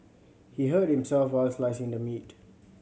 he hurt himself while slicing the meat